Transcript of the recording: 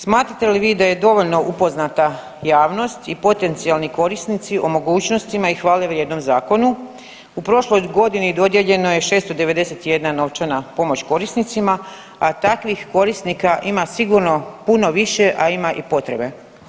Smatrate li vi da je dovoljno upoznata javnost i potencijalni korisnici o mogućnostima i hvale vrijednom zakonu, u prošloj godini dodijeljeno je 691 novčana pomoć korisnicima, a takvih korisnika ima sigurno puno više, a ima i potrebe?